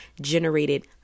generated